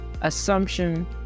assumption